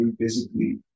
physically